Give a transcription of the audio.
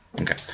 Okay